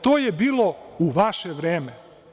To je bilo u vaše vreme.